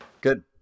Good